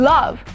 Love